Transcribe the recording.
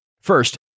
First